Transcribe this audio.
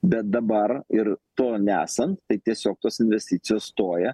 bet dabar ir to nesant tai tiesiog tos investicijos stoja